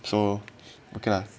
so okay lah